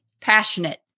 Passionate